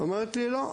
אומרת לי שלא.